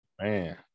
Man